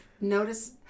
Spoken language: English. notice